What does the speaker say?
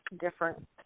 different